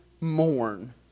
mourn